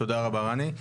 תודה רבה, רני,